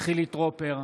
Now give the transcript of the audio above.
חילי טרופר,